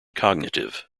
cognitive